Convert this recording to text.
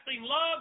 love